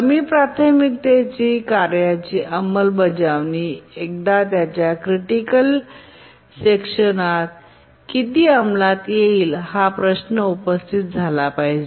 कमी प्राथमिकतेच्या कार्याची अंमलबजावणी एकदा त्याची क्रिटिकल सेक्शन किती अंमलात येईल हा प्रश्न उपस्थित झाला पाहिजे